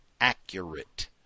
accurate